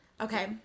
Okay